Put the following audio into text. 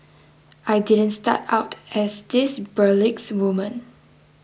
I didn't start out as this burlesque woman